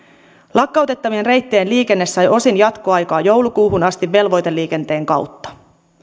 lakkautettavien reittien liikenne sai osin jatkoaikaa joulukuuhun asti velvoiteliikenteen kautta